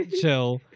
Chill